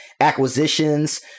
acquisitions